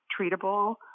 treatable